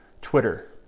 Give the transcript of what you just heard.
Twitter